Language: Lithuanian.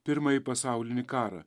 pirmąjį pasaulinį karą